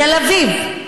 בתל אביב,